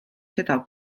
seda